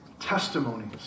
testimonies